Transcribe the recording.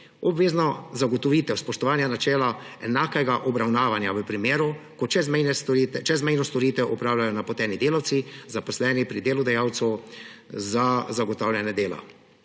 obvezno zagotovitev spoštovanja načela enakega obravnavanja v primeru, ko čezmerno storitev opravljajo napoteni delavci, zaposleni pri delodajalcu za zagotavljanje dela.